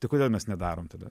tai kodėl mes nedarom tada